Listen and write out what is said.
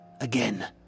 again